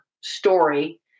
story